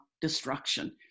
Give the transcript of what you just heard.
destruction